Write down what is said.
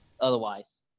Otherwise